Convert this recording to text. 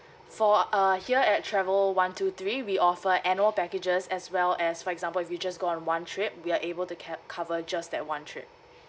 for err here at travel one two three we offer annual packages as well as for example if you just go on one trip we are able to ke~ cover just that one trip